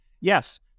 yes